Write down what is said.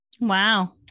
Wow